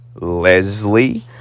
Leslie